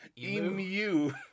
EMU